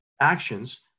actions